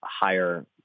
higher